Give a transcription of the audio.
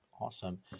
Awesome